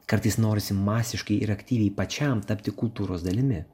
kartais norisi masiškai ir aktyviai pačiam tapti kultūros dalimi